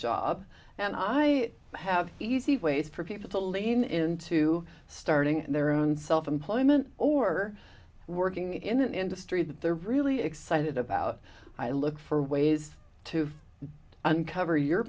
job and i have easy ways for people to lean into starting their own self employment or working in an industry that they're really excited about i look for ways to uncover your